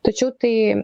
tačiau tai